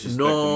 no